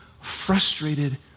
frustrated